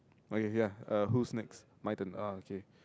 okay ya uh who's next my turn oh okay